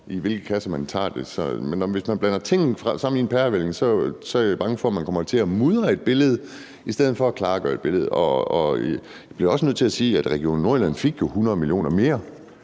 i hvilken kasse man tager det. Men hvis man blander tingene sammen i en pærevælling, er jeg bange for, at man kommer til at mudre et billede i stedet for at klargøre et billede, og jeg bliver jo også nødt til sige, at Region Nordjylland fik 100 mio. kr. mere